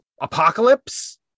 Apocalypse